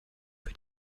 für